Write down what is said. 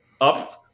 up